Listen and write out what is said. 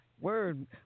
word